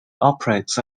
operates